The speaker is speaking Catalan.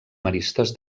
maristes